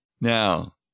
Now